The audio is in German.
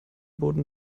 boten